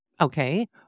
Okay